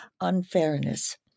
unfairness